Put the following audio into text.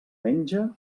menja